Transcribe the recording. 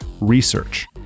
research